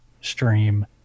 stream